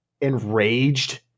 enraged